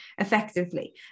effectively